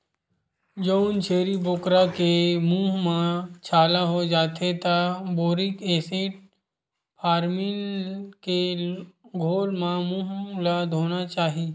जउन छेरी बोकरा के मूंह म छाला हो जाथे त बोरिक एसिड, फार्मलीन के घोल म मूंह ल धोना चाही